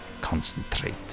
concentrate